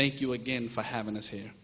thank you again for having us here